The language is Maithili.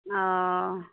ओ